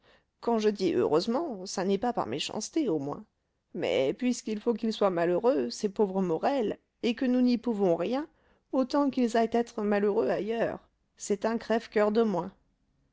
quand je dis heureusement ça n'est pas par méchanceté au moins mais puisqu'il faut qu'ils soient malheureux ces pauvres morel et que nous n'y pouvons rien autant qu'ils aillent être malheureux ailleurs c'est un crève-coeur de moins